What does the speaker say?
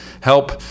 help